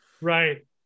right